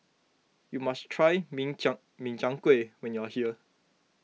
you must try Min Chiang Chiang Kueh when you are here